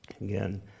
again